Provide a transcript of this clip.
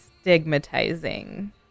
stigmatizing